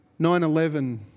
9-11